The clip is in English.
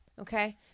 Okay